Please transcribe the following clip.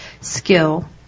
skill